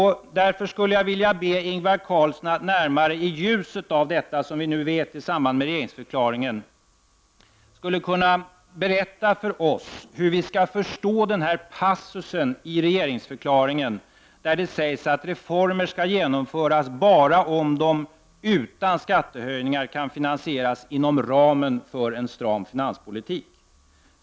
Därför skulle jag vilja be Ingvar Carlsson att i ljuset av det som vi nu vet i samband med regeringsförklaringen berätta för oss hur vi skall förstå passusen i regeringsförklaringen, där det sägs att reformer skall genomföras bara om de utan skattehöjningar kan finansieras inom ramen för en stram finanspolitik.